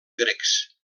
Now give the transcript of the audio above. grecs